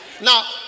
now